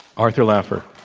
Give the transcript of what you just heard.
arthur laffer.